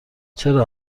چرا